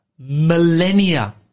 millennia